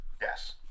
Yes